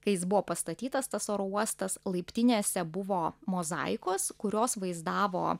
kai jis buvo pastatytas tas oro uostas laiptinėse buvo mozaikos kurios vaizdavo